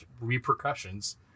repercussions